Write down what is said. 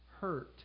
hurt